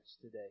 today